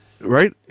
Right